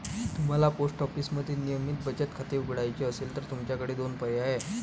तुम्हाला पोस्ट ऑफिसमध्ये नियमित बचत खाते उघडायचे असेल तर तुमच्याकडे दोन पर्याय आहेत